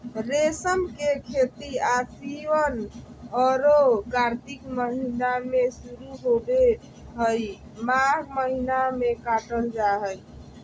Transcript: रेशम के खेती आशिन औरो कार्तिक महीना में शुरू होबे हइ, माघ महीना में काटल जा हइ